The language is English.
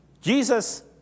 Jesus